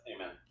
Amen